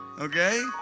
okay